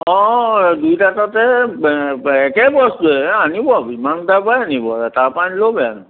অঁ দুইটা তাতে একে বস্তুৱে আনিব বিমানৰ তাপায় আনিব তাপা আনিলেও বেয়া নহয়